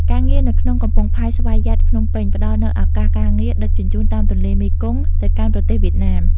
ការងារនៅក្នុងកំពង់ផែស្វយ័តភ្នំពេញ ផ្តល់នូវឱកាសការងារដឹកជញ្ជូនតាមទន្លេមេគង្គទៅកាន់ប្រទេសវៀតណាម។